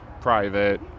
private